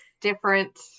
different